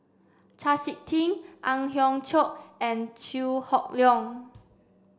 Chau Sik Ting Ang Hiong Chiok and Chew Hock Leong